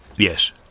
Yes